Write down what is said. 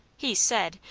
he said,